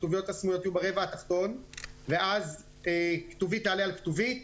הכתוביות הסמויות יהיו ברבע התחתון ואז כתובית תעלה על כתובית